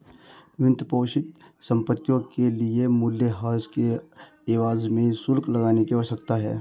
वित्तपोषित संपत्तियों के लिए मूल्यह्रास के एवज में शुल्क लगाने की आवश्यकता है